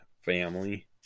family